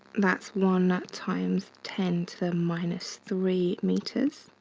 that's one ah times ten to the minus three meters.